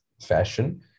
fashion